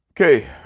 Okay